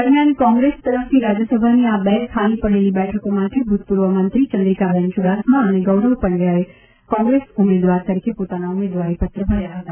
દરમ્યાન કોંગ્રેસ તરફથી રાજ્યસભાની આ બે ખાલી પડેલી બેઠકો માટે ભૂતપૂર્વમંત્રી ચંદ્રિકાબેન ચુડાસમા એન ગૌરવ પંડચાએ કોંત્રેસ ઉમેદવાર તરીકે પોતાના ઉમેદવારીપત્ર ભર્યા હતા